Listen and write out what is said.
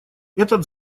этот